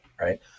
right